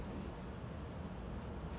ya I want the white one